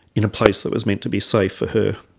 in a place that was meant to be safe for her.